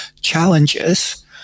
challenges